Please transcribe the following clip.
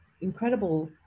incredible